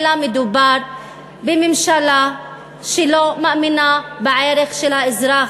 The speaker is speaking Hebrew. אלא מדובר בממשלה שלא מאמינה בערך של האזרח,